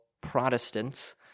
Protestants